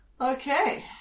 Okay